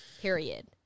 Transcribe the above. Period